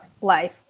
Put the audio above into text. life